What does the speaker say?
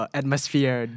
atmosphere